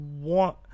want